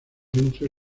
entre